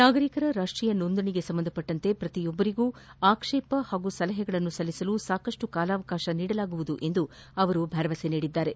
ನಾಗರಿಕರ ರಾಷ್ಷೀಯ ಸೋಂದಣಿಗೆ ಸಂಬಂಧಿಸಿದಂತೆ ಪ್ರತಿಯೊಬ್ಲರಿಗೂ ಆಕ್ಷೇಪಣೆ ಹಾಗೂ ಸಲಹೆಗಳನ್ನು ಸಲ್ಲಿಸಲು ಸಾಕಷ್ಟು ಕಾಲಾವಕಾಶ ನೀಡಲಾಗುವುದು ಎಂದು ಅವರು ಭರವಸೆ ನೀಡಿದರು